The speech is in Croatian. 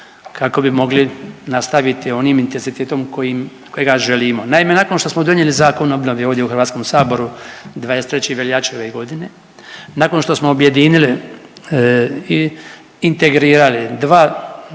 kako bi mogli nastaviti onim intenzitetom kojim, kojega želimo. Naime, nakon što smo donijeli Zakon o obnovi ovdje u Hrvatskog saboru 23. veljače ove godine, nakon što smo objedinili i integrirali dva